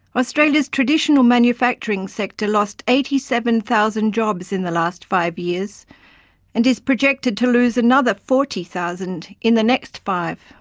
australia's traditional manufacturing sector lost eighty seven thousand jobs in last five years and is projected to lose another forty thousand in the next five.